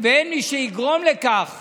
ואין מי שיגרום לכך